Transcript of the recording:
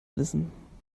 wissen